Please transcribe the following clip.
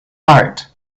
heart